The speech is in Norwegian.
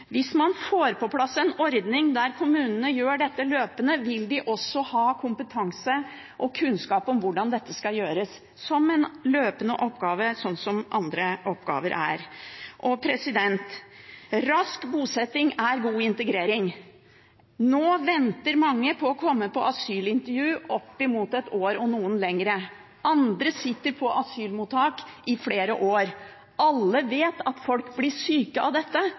Hvis man får på plass en ordning der kommunene gjør dette løpende, vil de også ha kompetanse og kunnskap om hvordan dette skal gjøres, som en løpende oppgave sånn som andre oppgaver er. Rask bosetting er god integrering. Nå venter mange på å komme på asylintervju oppimot et år og noen lenger. Andre sitter på asylmottak i flere år. Alle vet at folk blir syke av dette.